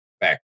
back